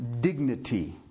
dignity